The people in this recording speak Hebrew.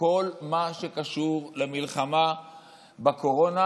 בכל מה שקשור למלחמה בקורונה